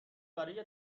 برای